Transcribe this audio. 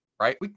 right